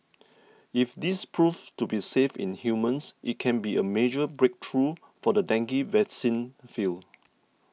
if this proves to be safe in humans it can be a major breakthrough for the dengue vaccine field